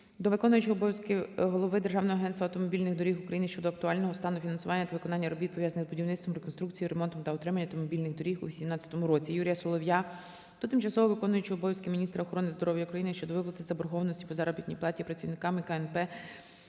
до виконуючого обов'язків голови Державного агентства автомобільних доріг України щодо актуального стану фінансування та виконання робіт, пов'язаних з будівництвом, реконструкцією, ремонтом і утриманням автомобільних доріг у 2018 році. Юрія Солов'я до тимчасово виконуючої обов'язки міністра охорони здоров'я України щодо виплати заборгованості по заробітній платі працівникам КНП